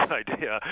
idea